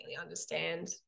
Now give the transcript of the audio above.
understand